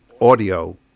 audio